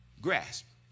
grasp